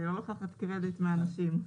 אני לא לוקחת קרדיט מאנשים.